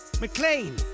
McLean